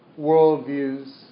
worldviews